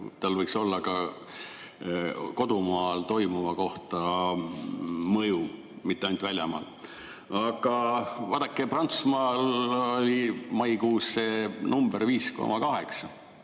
tal võiks olla ka kodumaal toimuva suhtes mõju, mitte ainult väljamaal. Aga vaadake, Prantsusmaal oli maikuus see number 5,8,